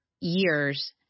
years